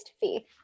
fee